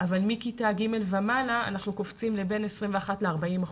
אבל מכיתה ג' ומעלה אנחנו קופצים לבין 21% ל-40%.